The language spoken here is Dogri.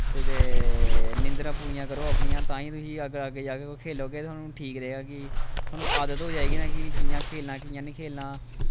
ते नींदरां पूरियां करो अपनियां तां गै तुस अगर अग्गें जाके खेलोगे तुआनूं ठीक रौह्ग कि तुआनूं आदत होई जाह्ग नां कि कि'यां खेलना कि'यां निं खेलना